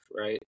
right